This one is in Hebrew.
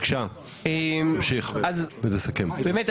באמת,